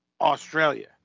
Australia